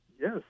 Yes